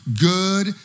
good